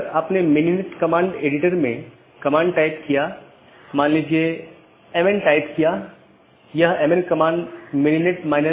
इन साथियों के बीच BGP पैकेट द्वारा राउटिंग जानकारी का आदान प्रदान किया जाना आवश्यक है